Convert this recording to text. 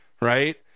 right